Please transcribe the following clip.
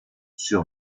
sur